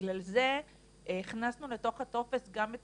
ובגלל זה הכנסנו לתוך הטופס גם את